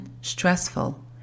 stressful